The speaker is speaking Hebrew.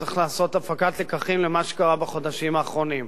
צריך לעשות הפקת לקחים ממה שקרה בחודשים האחרונים.